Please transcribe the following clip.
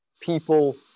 people